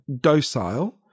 docile